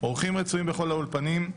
אורחים רצויים בכל האולפנים,